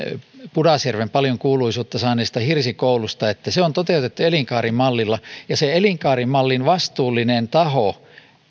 pudasjärven paljon kuuluisuutta saaneesta hirsikoulusta että se on toteutettu elinkaarimallilla elinkaarimallin vastuullinen taho